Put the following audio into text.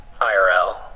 IRL